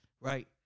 right